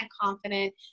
confident